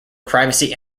privacy